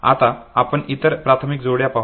आता आपण इतर प्राथमिक जोड्या पाहू